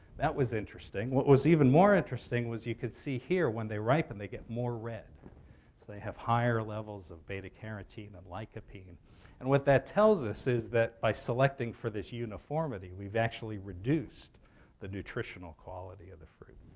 that was interesting. what was even more interesting was you could see here when they ripen, they get more red. so they have higher levels of beta-carotene and like lycopene. and and what that tells us is that by selecting for this uniformity, we've actually reduced the nutritional quality of the fruit.